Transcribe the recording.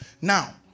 Now